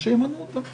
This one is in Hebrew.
אז שימנו אותם.